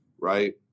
right